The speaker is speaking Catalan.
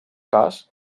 cas